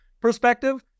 perspective